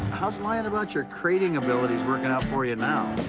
how's lying about your crating abilities working out for you now?